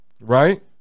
right